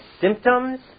symptoms